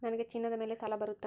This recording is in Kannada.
ನನಗೆ ಚಿನ್ನದ ಮೇಲೆ ಸಾಲ ಬರುತ್ತಾ?